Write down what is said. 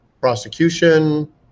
prosecution